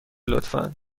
لطفا